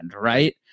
right